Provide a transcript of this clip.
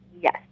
Yes